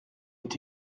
est